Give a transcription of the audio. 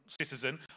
citizen